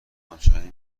آنچنانی